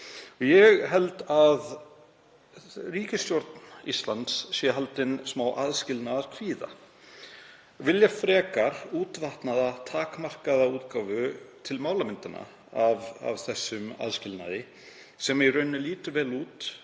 Ég held að ríkisstjórn Íslands sé haldin smáaðskilnaðarkvíða og vilji frekar útvatnaða og takmarkaða útgáfu til málamynda af þessum aðskilnaði, sem lítur í raun vel út